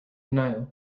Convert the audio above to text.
denial